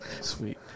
Sweet